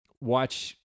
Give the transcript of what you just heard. watch